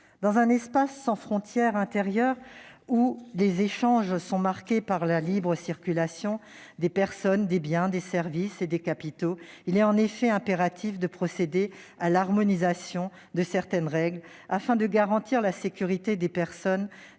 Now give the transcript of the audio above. Dans un espace sans frontières intérieures, où les échanges sont marqués par la libre circulation des personnes, des biens, des services et des capitaux, il est impératif de procéder à l'harmonisation de certaines règles, afin de garantir la sécurité des personnes,